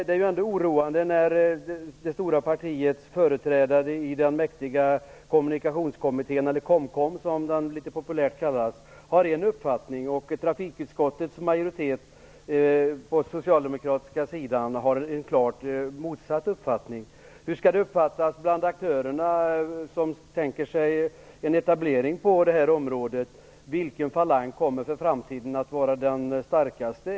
Det är ändå oroande när det stora partiets företrädare i den mäktiga Kommunikationskommittén - eller Komkom, som den litet populärt kallas - har en uppfattning och trafikutskottets majoritet på den socialdemokratiska sidan har en klart motsatt uppfattning. Hur skall det uppfattas bland aktörerna som tänker sig en etablering på det här området. Vilken falang kommer för framtiden att vara den starkaste?